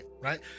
right